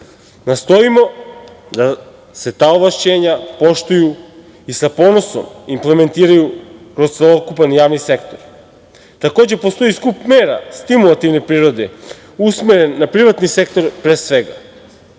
nastojimo da se ta ovlašćenja poštuju i sa ponosom implementiraju kroz celokupan javni sektor. Takođe postoji skup mera stimulativne prirode, usmeren na privatni sektor pre svega,